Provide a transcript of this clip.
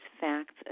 facts